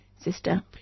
Sister